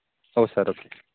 ହଉ ସାର୍ ରଖିଲି